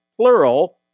plural